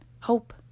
hope